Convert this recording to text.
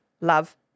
love